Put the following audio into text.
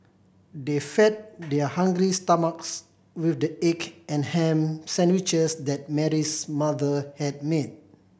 they fed their hungry stomachs with the egg and ham sandwiches that Mary's mother had made